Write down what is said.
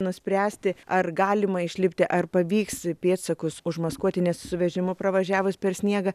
nuspręsti ar galima išlipti ar pavyks pėdsakus užmaskuoti nes su vežimu pravažiavus per sniegą